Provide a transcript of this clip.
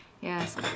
Yes